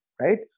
Right